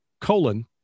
colon